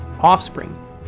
offspring